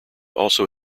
also